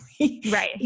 Right